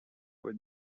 would